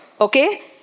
Okay